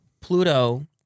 Pluto